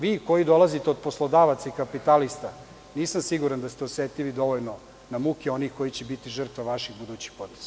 Vi koji dolazite od poslodavaca i kapitalista, nisam siguran da ste osetljivi dovoljno na muke oni koji će biti žrtve vaših budućih poteza.